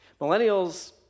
Millennials